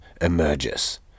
emerges